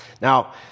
Now